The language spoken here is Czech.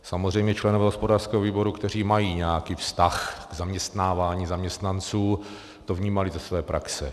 Samozřejmě členové hospodářského výboru, kteří mají nějaký vztah k zaměstnávání zaměstnanců, to vnímali ze své praxe.